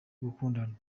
gukundana